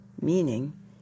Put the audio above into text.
meaning